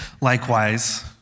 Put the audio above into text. Likewise